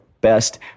best